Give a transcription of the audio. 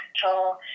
control